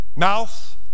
Mouth